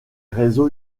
réseaux